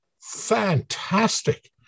fantastic